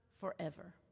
forever